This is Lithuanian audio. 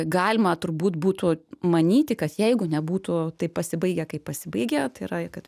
galima turbūt būtų manyti kad jeigu nebūtų taip pasibaigę kaip pasibaigė tai yra kad